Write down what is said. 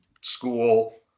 school